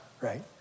right